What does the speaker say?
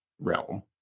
realm